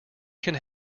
could